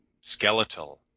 skeletal